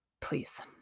Please